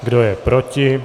Kdo je proti?